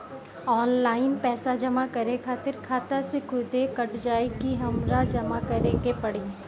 Online पैसा जमा करे खातिर खाता से खुदे कट जाई कि हमरा जमा करें के पड़ी?